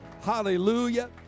Hallelujah